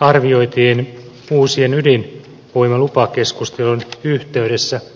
arvioitiin uusien ydinvoimalupakeskustelujen yhteydessä